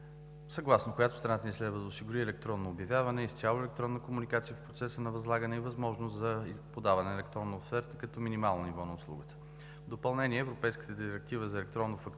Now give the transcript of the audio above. съгласно която страната ни следва да осигури електронно обявяване, изцяло електронна комуникация в процеса на възлагане и възможност за подаване на електронна оферта като минимално ниво на услугата. В допълнение, Европейската директива за електронно фактуриране